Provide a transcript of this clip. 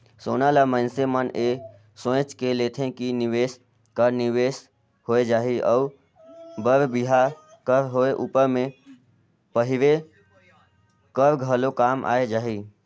सोना ल मइनसे मन ए सोंएच के लेथे कि निवेस कर निवेस होए जाही अउ बर बिहा कर होए उपर में पहिरे कर घलो काम आए जाही